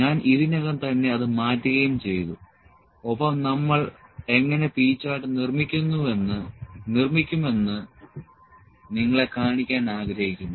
ഞാൻ ഇതിനകം തന്നെ അത് മാറ്റുകയും ചെയ്തു ഒപ്പം നമ്മൾ എങ്ങനെ P ചാർട്ട് നിർമ്മിക്കുമെന്ന് നിങ്ങളെ കാണിക്കാൻ ആഗ്രഹിക്കുന്നു